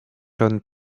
sean